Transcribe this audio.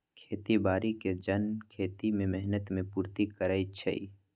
खेती बाड़ी के जन खेती में मेहनत के पूर्ति करइ छइ